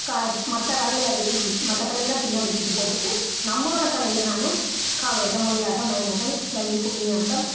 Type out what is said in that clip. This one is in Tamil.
க மற்ற கலைகளை மற்ற கலை எல்லாம் பின்னாடி தூக்கி போட்டுவிட்டு நம்மளோடய கலைகளான காவடியாட்டம் ஒயிலாட்டம் மயிலாட்டம் வள்ளி கும்மி ஆட்டம்